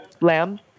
Lamb